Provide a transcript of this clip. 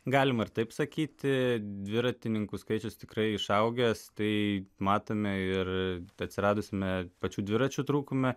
galima ir taip sakyti dviratininkų skaičius tikrai išaugęs tai matome ir atsiradusiame pačių dviračių trūkume